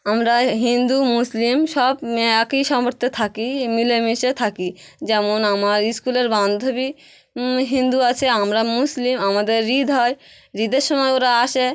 আমরা হিন্দু মুসলিম সব একই সাথে থাকি মিলেমিশে থাকি যেমন আমার স্কুলের বান্ধবী হিন্দু আছে আমরা মুসলিম আমাদের ইদ হয় ইদের সময় ওরা আসে